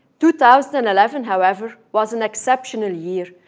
two thousand and eleven, however, was an exceptional year.